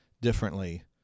differently